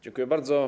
Dziękuję bardzo.